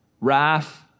wrath